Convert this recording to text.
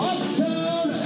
Uptown